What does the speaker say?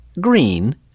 green